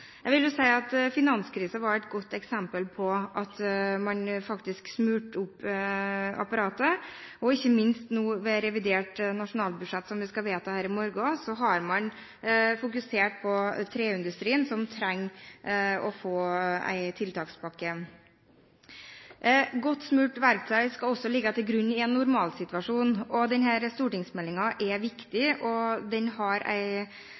Jeg vil jo si at finanskrisen var et godt eksempel på at man faktisk smurte apparatet. Ikke minst nå ved revidert nasjonalbudsjett, som vi skal vedta her i morgen, har man fokusert på treindustrien, som trenger å få en tiltakspakke. Godt smurt verktøy skal også ligge til grunn i en normalsituasjon, og denne stortingsmeldingen er viktig. Den har